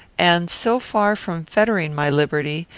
and, so far from fettering my liberty,